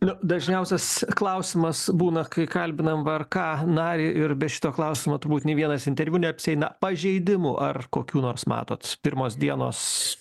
nu dažniausias klausimas būna kai kalbinam vrka narį ir be šito klausimo turbūt nė vienas interviu neapsieina pažeidimų ar kokių nors matot pirmos dienos